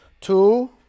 Two